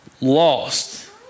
lost